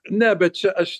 ne bet čia aš